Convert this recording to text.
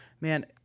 Man